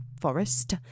forest